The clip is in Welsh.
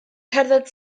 cerdded